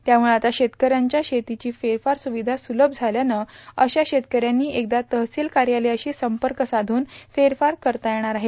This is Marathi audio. त्यामुळं आता शेतकऱ्यांच्या शेतीची फेरफार सुविधा सुलभ झाल्यानं अशा शेतकऱ्यांनी एकदा तहसिल कार्यालयाशी संपर्क साधून फेरफार करता येणार आहे